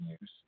use